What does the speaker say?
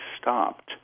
stopped